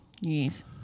Yes